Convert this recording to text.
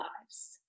lives